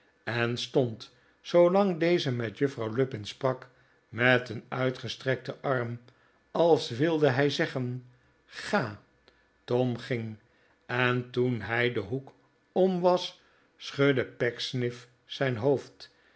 en stond zoolang deze met juffrouw lupin sprak met een uitgestrekten arm als wilde hij zeggen gai tom ging en toen hij den hoek om was schudde pecksniff zijn hoofd